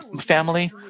family